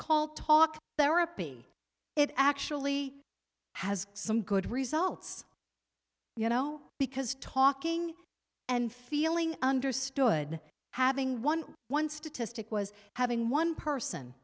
called talk therapy it actually has some good results you know because talking and feeling understood having one one statistic was having one person